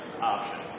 option